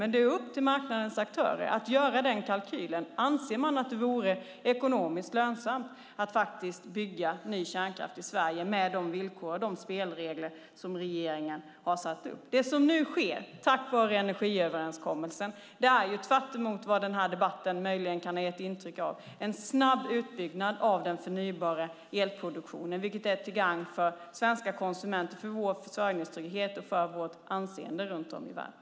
Men det är upp till marknadens aktörer att göra den kalkylen, om man anser att det vore ekonomiskt lönsamt att bygga ny kärnkraft i Sverige med de villkor och spelregler som regeringen har satt upp. Det som nu sker tack vare energiöverenskommelsen är, tvärtemot vad den här debatten möjligen kan ha gett intryck av, en snabb utbyggnad av den förnybara elproduktionen, vilket är till gagn för svenska konsumenter, för vår försörjningstrygghet och för vårt anseende runt om i världen.